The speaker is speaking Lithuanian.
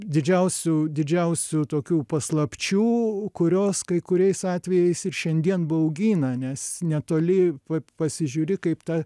didžiausių didžiausių tokių paslapčių kurios kai kuriais atvejais ir šiandien baugina nes netoli pasižiūri kaip ta